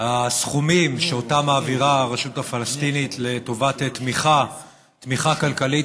הסכומים שאותם מעבירה הרשות הפלסטינית לטובת תמיכה כלכלית